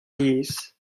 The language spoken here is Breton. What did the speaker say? yezh